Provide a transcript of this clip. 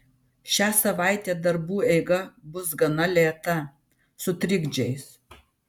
šią savaitę darbų eiga bus gana lėta su trikdžiais